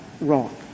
wrong